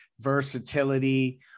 versatility